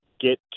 get